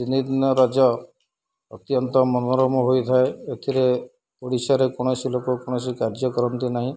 ତିନିଦିନ ରଜ ଅତ୍ୟନ୍ତ ମନୋରମ ହୋଇଥାଏ ଏଥିରେ ଓଡ଼ିଶାରେ କୌଣସି ଲୋକ କୌଣସି କାର୍ଯ୍ୟ କରନ୍ତି ନାହିଁ